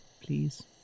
please